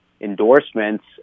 endorsements